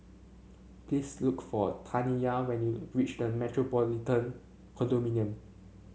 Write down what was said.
please look for Taniyah when you reach The Metropolitan Condominium